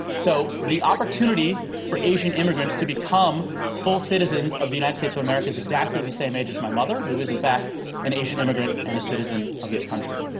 so, the opportunity for asian immigrants to become full citizens of the united states of america is exactly the same age as my mother. who is in fact an asian immigrant and a citizen of this country.